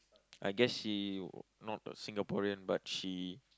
I guess she not a Singaporean but she